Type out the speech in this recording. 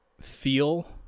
feel